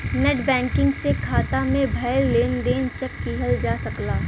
net banking से खाता में भयल लेन देन चेक किहल जा सकला